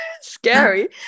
scary